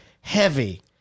Heavy